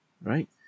right